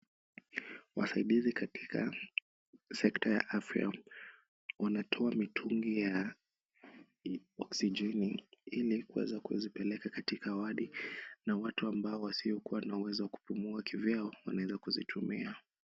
Wasaidizi katika sekta ya afya wanatoa mitungi ya oxigeni ili kuweza kuzipeleka katika wadi, na watu ambao wasiokuwa na uwezo wa kupumua kivyao wanaweza kuzitumia.